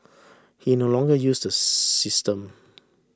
he no longer uses the system